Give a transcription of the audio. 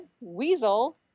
Weasel